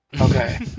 Okay